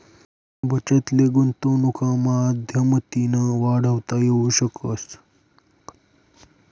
बचत ले गुंतवनुकना माध्यमतीन वाढवता येवू शकस